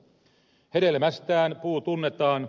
hedelmästään puu tunnetaan